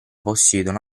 possiedono